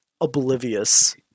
oblivious